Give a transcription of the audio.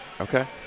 okay